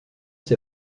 ses